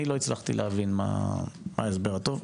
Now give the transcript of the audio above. אני לא הצלחתי להבין מה ההסבר הטוב.